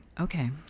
okay